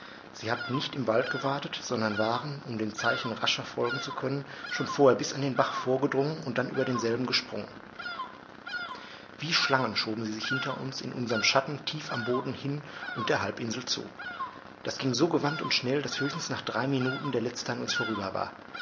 sie hatten nicht im wald gewartet sondern waren um dem zeichen rascher folgen zu können schon vorher bis an den bach vorgedrungen und dann über denselben gesprungen wie schlangen schoben sie sich hinter uns in unserm schatten tief am boden hin und der halbinsel zu das ging so gewandt und schnell daß höchstens nach drei minuten der letzte an uns vorüber war